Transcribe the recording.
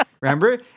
remember